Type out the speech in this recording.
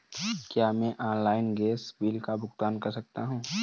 क्या मैं online gas bill का भुगतान कर सकता हूँ?